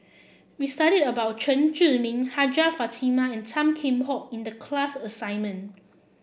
we studied about Chen Zhiming Hajjah Fatimah and Tan Kheam Hock in the class assignment